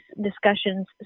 discussions